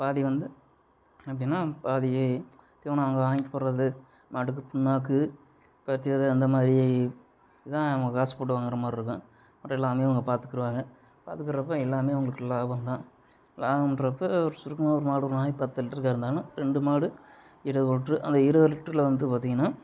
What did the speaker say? பாதி வந்து எப்படினா பாதியே தீவனம் அங்கே வாங்கி போடுறது மாட்டுக்கு புண்ணாக்கு பருத்தி வெதை அந்த மாதிரி இதான் நம்ம காசு போட்டு வாங்குற மாதிரி இருக்கும் அப்றம் எல்லாமே அவங்க பார்த்துக்குறுவாங்க பார்த்துக்குறப்ப எல்லாமே அவங்களுக்கு லாபந்தான் லாபன்றப்போ ஒரு சுருக்கமாக ஒரு மாடு ஒரு நாளைக்கு பத்து லிட்டர் கறந்தாலும் ரெண்டு மாடு இருபது லிட்டரு அந்த இருபது லிட்டருல வந்து பார்த்தீங்கனா